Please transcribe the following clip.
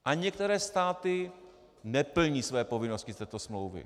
A některé státy neplní své povinnosti z této smlouvy.